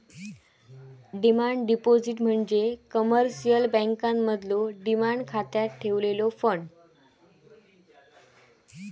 demand deposit म्हणजे commercial बँकांमधलो demand खात्यात ठेवलेलो फंड